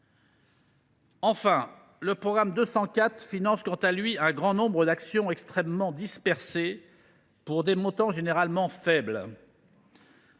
Enfin, le programme 204 finance, quant à lui, un grand nombre d’actions très disparates, pour des montants généralement faibles,